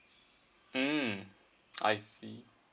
mm I see